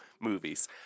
movies